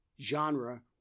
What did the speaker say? genre